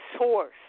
source